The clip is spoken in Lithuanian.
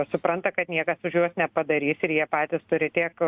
supranta kad niekas už juos nepadarys ir jie patys turi tiek